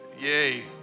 Yay